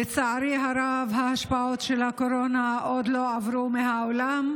לצערי הרב ההשפעות של הקורונה עוד לא עברו מהעולם,